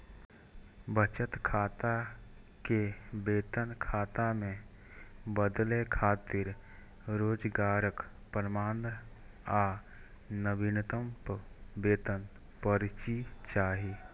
बचत खाता कें वेतन खाता मे बदलै खातिर रोजगारक प्रमाण आ नवीनतम वेतन पर्ची चाही